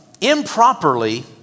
Improperly